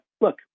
look